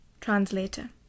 Translator